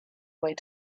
wait